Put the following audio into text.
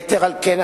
יתר על כן,